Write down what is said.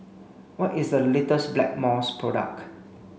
what is the latest Blackmores product